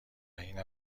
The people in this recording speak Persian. این